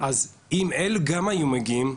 אז אם גם אלה היו מגיעים